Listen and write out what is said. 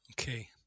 Okay